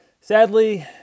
Sadly